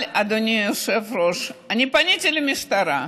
אבל, אדוני היושב-ראש, אני פניתי למשטרה,